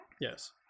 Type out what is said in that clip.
Yes